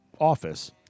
office